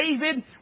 David